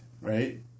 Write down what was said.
right